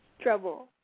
trouble